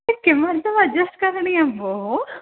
किमर्थम् अज्जस्ट् करणीयं भोः